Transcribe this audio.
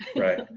right,